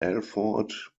alford